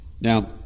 Now